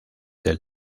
del